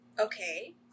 Okay